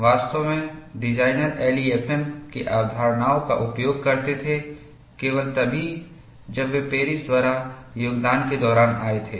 वास्तव में designer LEFM की अवधारणाओं का उपयोग करते थे केवल तभी जब वे पेरिस द्वारा योगदान के दौरान आए थे